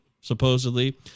supposedly